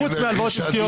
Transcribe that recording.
חוץ מהלוואות עסקיות.